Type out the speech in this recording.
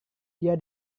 dia